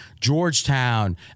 Georgetown